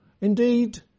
Indeed